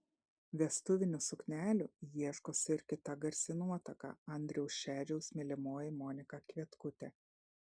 vestuvinių suknelių ieškosi ir kita garsi nuotaka andriaus šedžiaus mylimoji monika kvietkutė